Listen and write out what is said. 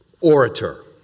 orator